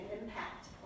impact